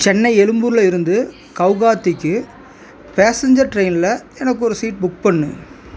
சென்னை எழும்பூரில் இருந்து கவுகாத்திக்கு பேசஞ்சர் டிரெயினில் எனக்கு ஒரு சீட் புக் பண்ணு